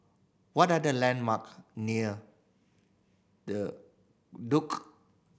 what are the landmark near The Duke